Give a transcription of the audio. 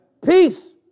Peace